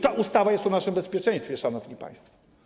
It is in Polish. Ta ustawa jest o naszym bezpieczeństwie, szanowni państwo.